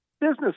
business